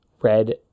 red